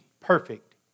perfect